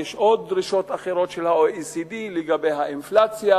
יש עוד דרישות אחרות של ה-OECD לגבי האינפלציה